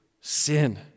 sin